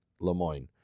Lemoyne